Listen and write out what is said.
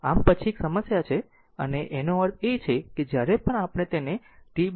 આમ આ પછી એક સમસ્યા છે અને આનો અર્થ એ થાય છે કે જ્યારે પણ આપણે તેને t 0 પર લઈએ છીએ